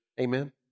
Amen